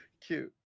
Cute